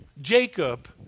Jacob